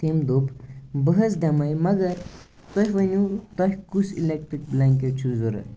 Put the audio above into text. تٔمۍ دوٚپ بہٕ حظ دِمَے مگر تُہۍ ؤنِو تۄہہِ کُس اِلیٚکٹِرٛک بلینٛکیٚٹ چھُو ضوٚرَتھ